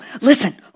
listen